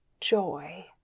joy